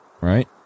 right